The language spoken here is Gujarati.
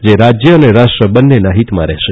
જે રાજ્ય અને રાષ્ટ્ર બંનેના હિતમાં રહેશે